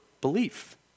belief